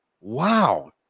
Wow